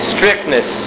Strictness